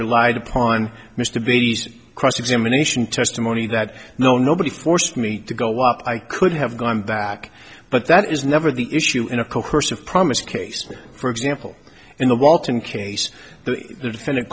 relied upon mr b c cross examination testimony that no nobody forced me to go up i could have gone back but that is never the issue in a curse of promise case for example in the walton case the